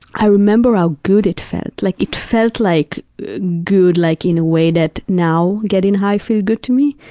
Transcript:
i remember how good it felt. like, it felt like good like in a way that now getting high feels good to me.